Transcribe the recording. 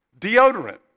Deodorant